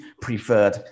preferred